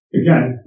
again